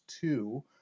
two